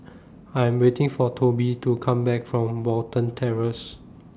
I Am waiting For Tobe to Come Back from Watten Terrace